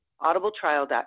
audibletrial.com